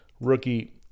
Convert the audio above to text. rookie